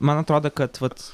man atrodo kad vat